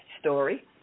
story